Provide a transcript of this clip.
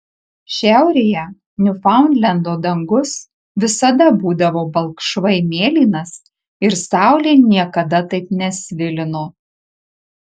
šiaurėje niufaundlendo dangus visada būdavo balkšvai mėlynas ir saulė niekada taip nesvilino